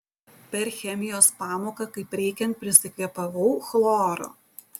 per chemijos pamoką kaip reikiant prisikvėpavau chloro